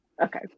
okay